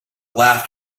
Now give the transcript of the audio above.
laughed